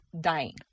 dying